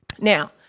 Now